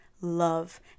love